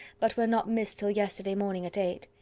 but were not missed till yesterday morning at eight.